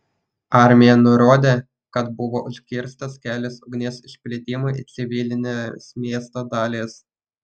armija nurodė kad buvo užkirstas kelias ugnies išplitimui į civilines miesto dalis